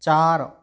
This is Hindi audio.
चार